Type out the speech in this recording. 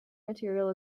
material